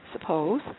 suppose